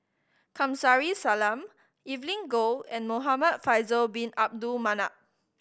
Kamsari Salam Evelyn Goh and Muhamad Faisal Bin Abdul Manap